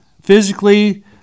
physically